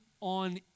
on